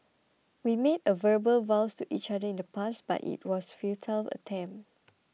we made a verbal vows to each other in the past but it was futile attempt